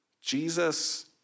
Jesus